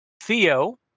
Theo